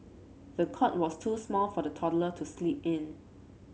the cot was too small for the toddler to sleep in